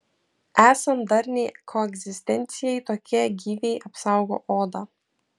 esant darniai koegzistencijai tokie gyviai apsaugo odą